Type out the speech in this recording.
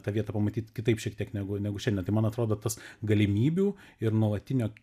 tą vietą pamatyti kitaip šiek tiek negu negu šiandien tai man atrodo tas galimybių ir nuolatinio